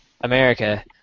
America